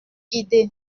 idée